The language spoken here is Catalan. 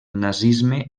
nazisme